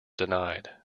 denied